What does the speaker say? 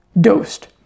dosed